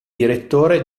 direttore